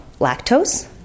lactose